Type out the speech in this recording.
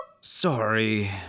Sorry